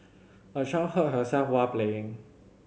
a child hurt herself while playing